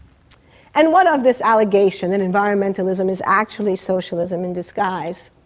and what of this allegation that environmentalism is actually socialism in disguise?